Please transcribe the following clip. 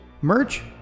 merch